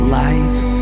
life